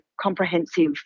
comprehensive